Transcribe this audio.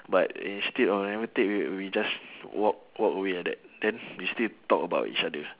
but instead of never take right we just walk walk away like that then we still talk about each other